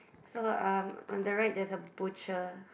so um on the right there's a butcher